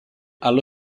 allo